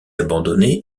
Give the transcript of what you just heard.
abandonnée